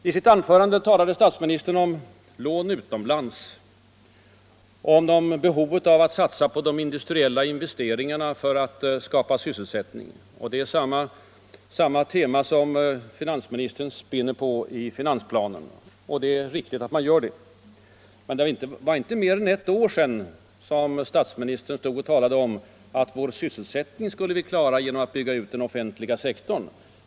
I sitt anförande talade statsministern om lån utomlands och om behovet av att satsa på de industriella investeringarna för att skapa sysselsättning. Det är samma tema som finansministern spinner på i finansplanen. Det är riktigt att man gör det. Men det var inte mer än ett år sedan statsministern talade om att vi skulle klara vår sysselsättning genom att bygga ut den offentliga sektorn.